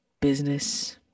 business